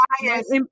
bias